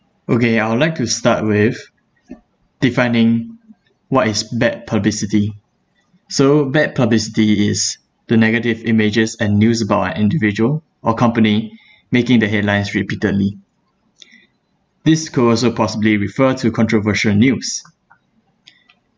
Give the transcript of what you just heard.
okay I would like to start with defining what is bad publicity so bad publicity is the negative images and news about uh individual or company making the headlines repeatedly this could also possibly refer to controversial news